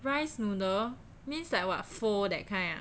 rice noodle means like what pho that kind ah